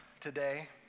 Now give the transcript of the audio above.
today